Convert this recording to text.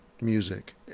music